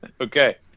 Okay